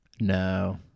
No